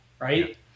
right